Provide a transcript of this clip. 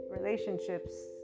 Relationships